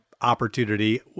opportunity